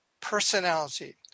personality